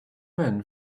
men